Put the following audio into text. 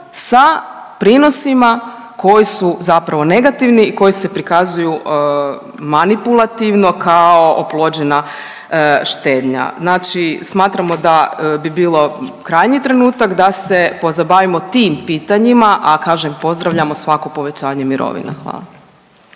sa prinosima koji su zapravo negativni i koji se prikazuju manipulativno kao oplođena štednja. Znači smatramo da bi bilo krajnji trenutak da se pozabavimo tim pitanjima, a kažem pozdravljamo svako povećanje mirovina. Hvala.